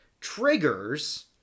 triggers